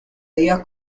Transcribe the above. día